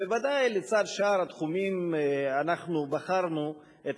ודאי שלצד שאר התחומים אנחנו בחרנו את